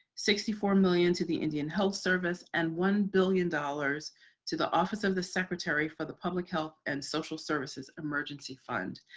sixty four million to the indian health service and one billion dollars to the office of the secretary for the public health and social services emergency fund.